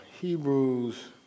Hebrews